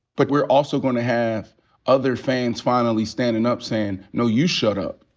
but we're also gonna have other fans finally standin' up sayin', no, you shut up.